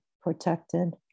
protected